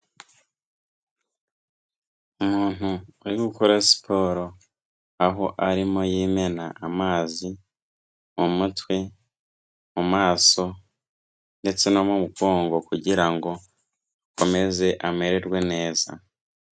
Umuntu uri gukora siporo aho arimo yimena amazi mu mutwe, mu maso ndetse no mu mugongo kugira ngo akomeze amererwe neza.